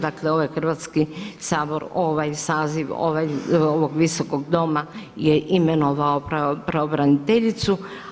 Dakle, ovaj Hrvatski sabor, ovaj saziv ovog Visokog doma je imenovao pravobraniteljicu.